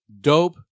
dope-